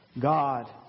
God